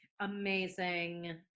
Amazing